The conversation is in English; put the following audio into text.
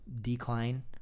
decline